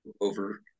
over